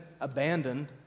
abandoned